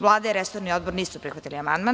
Vlada i resorni odbor nisu prihvatili amandman.